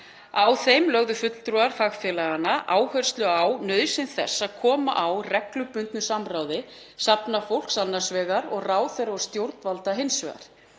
Á þeim lögðu fulltrúar fagfélaganna áherslu á nauðsyn þess að koma á reglubundnu samráði safnafólks annars vegar og ráðherra og stjórnvalda hins vegar.